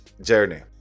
journey